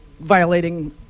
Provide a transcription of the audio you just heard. Violating